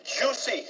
juicy